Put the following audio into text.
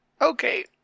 Okay